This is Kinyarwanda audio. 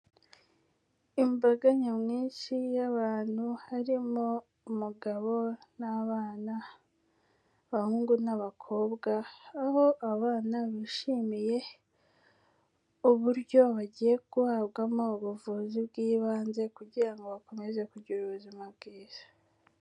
Imbaga nyamwinshi y'abantu, harimo umugabo n'abana, abahungu n'abakobwa, aho abana bishimiye uburyo bagiye guhabwamo ubuvuzi bw'ibanze kugira ngo bakomeze kugira ubuzima bwiza.